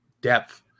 depth